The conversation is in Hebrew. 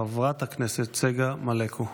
חברת הכנסת צגה מלקו.